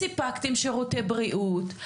סיפקתם שירותי בריאות.